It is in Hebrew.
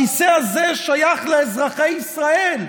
הכיסא הזה שייך לאזרחי ישראל,